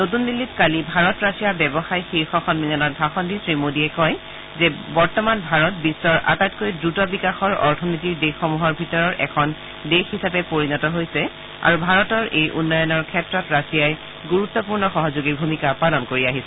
নতুন দিল্লীত কালি ভাৰত ৰাছিয়া ব্যৱসায় শীৰ্ষ সন্মিলনত ভাষণ দি শ্ৰীমোদীয়ে কয় যে বৰ্তমান ভাৰত বিশ্বৰ আটাইতকৈ দ্ৰুত বিকাশৰ অৰ্থনীতিৰ দেশসমূহৰ ভিতৰৰ এখন দেশ হিচাপে পৰিণত হৈছে আৰু ভাৰতৰ এই উন্নয়নৰ ক্ষেত্ৰত ৰাছিয়াই গুৰুত্বপূৰ্ণ সহযোগীৰ ভূমিকা পালন কৰি আছে